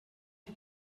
die